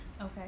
Okay